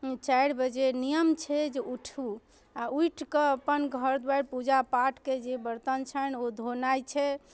चारि बजे नियम छै जे उठू आओर उठिकऽ अपन घर द्वारि पूजा पाठकऽ जे बर्तन छनि ओ धोनाइ छै